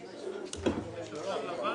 בסדר גמור.